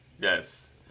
Yes